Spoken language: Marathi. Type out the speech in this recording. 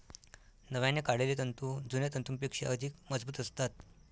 नव्याने काढलेले तंतू जुन्या तंतूंपेक्षा अधिक मजबूत असतात